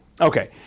Okay